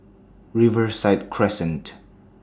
Riverside Crescent